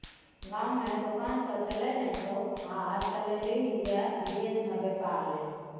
गाममे दोकान त चलय नै छौ आ चललही ये विदेश मे बेपार लेल